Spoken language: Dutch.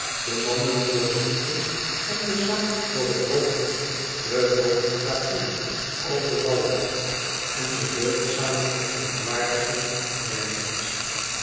de manden voor de voeten en de zak voor t hoofd de photographiën overal en de deugdzame verontwaardiging nergens